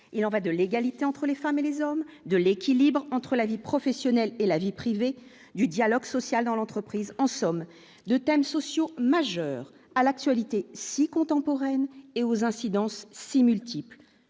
il en va de l'égalité entre les femmes et les hommes de l'équilibre entre la vie professionnelle et la vie privée du dialogue social dans l'entreprise, en somme, 2 thèmes sociaux majeurs à l'actualité si contemporaine et aux incidences si multiple,